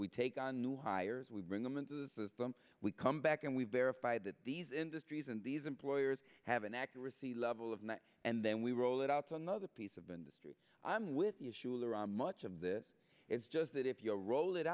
we take on new hires we bring them into the system we come back and we verify that these industries and these employers have an accuracy level of net and then we roll it out to another piece of industry i'm with the issue of there are much of this is just that if you're roll it